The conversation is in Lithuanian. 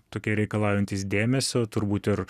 tokie reikalaujantys dėmesio turbūt ir